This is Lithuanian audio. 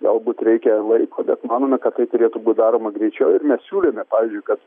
galbūt reikia laiko bet manome kad tai turėtų būt daroma greičiau ir mes siūlėme pavyzdžiui kad